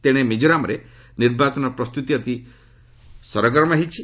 ତେଶେ ମିକୋରାମରେ ନିର୍ବାଚନ ପ୍ରସ୍ତୁତି ଅତି ସରଗରମ ହୋଇଛି